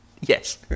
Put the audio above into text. Yes